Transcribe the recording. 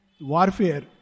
warfare